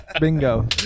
Bingo